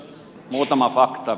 muutama fakta